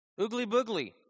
oogly-boogly